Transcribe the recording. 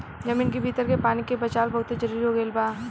जमीन के भीतर के पानी के बचावल बहुते जरुरी हो गईल बा